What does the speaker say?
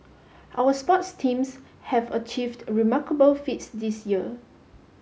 our sports teams have achieved remarkable feats this year